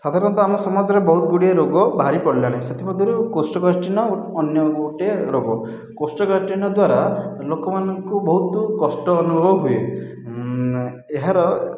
ସାଧାରଣତଃ ଆମ ସମାଜରେ ବହୁତ ଗୁଡ଼ିଏ ରୋଗ ବାହାରି ପଡ଼ିଲାଣି ସେଥିମଧ୍ୟରୁ କୋଷ୍ଠକାଠିନ୍ୟ ଅନ୍ୟ ଗୋଟିଏ ରୋଗ କୋଷ୍ଠକାଠିନ୍ୟ ଦ୍ୱାରା ଲୋକମାନଙ୍କୁ ବହୁତ କଷ୍ଟ ଅନୁଭବ ହୁଏ ଏହାର